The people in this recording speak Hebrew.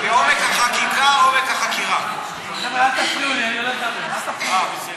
חבר הכנסת אורן אסף חזן.